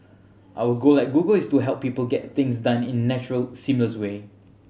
our goal at Google is to help people get things done in natural seamless way